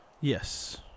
Yes